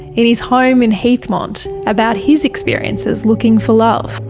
in his home in heathmont about his experiences looking for love.